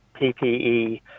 PPE